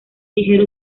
ligero